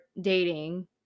dating